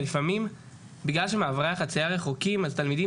לפעמים בגלל שמעברי החצייה רחוקים אז תלמידים